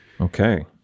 Okay